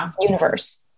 universe